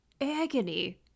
agony